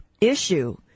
issue